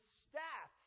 staff